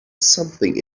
something